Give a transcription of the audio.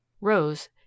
rose